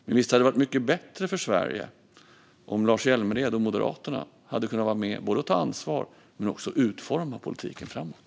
Men visst hade det varit mycket bättre för Sverige om Lars Hjälmered och Moderaterna hade kunnat vara med, både när det gäller att ta ansvar och att utforma politiken framåt.